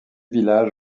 village